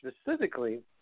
specifically